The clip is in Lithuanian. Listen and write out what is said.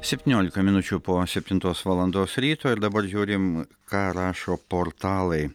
septyniolika minučių po septintos valandos ryto ir dabar žiūrim ką rašo portalai